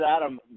Adam